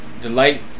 delight